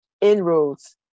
inroads